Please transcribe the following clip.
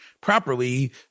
properly